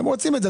הם רוצים את זה.